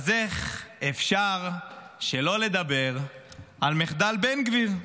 אז איך אפשר שלא לדבר על מחדל בן גביר?